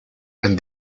and